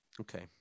Okay